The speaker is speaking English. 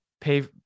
pay